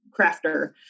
crafter